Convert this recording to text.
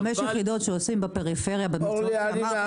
חמש יחידות שעושים בפריפריה במקצועות הריאליים,